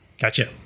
Gotcha